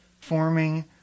forming